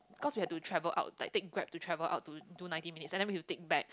because we had to travel out like take Grab to travel out to do ninety minutes and then we have to take back